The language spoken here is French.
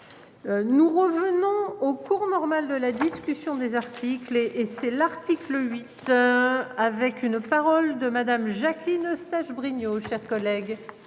Nous revenons au cours normal de la discussion des articles et et c'est l'article. Le huit. Avec une parole de madame Jacqueline Eustache-Brinio, chers collègues.